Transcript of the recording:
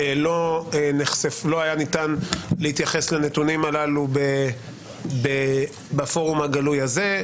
לא היה ניתן להתייחס אליהם בפורום הגלוי הזה.